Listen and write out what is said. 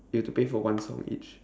you have to pay for one song each